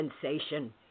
sensation